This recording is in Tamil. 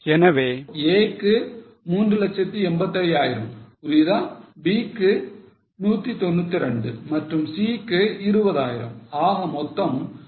எனவே A க்கு 385000 புரியுதா B க்கு 192 மற்றும் C க்கு 20000 ஆக மொத்தம் 597